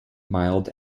mild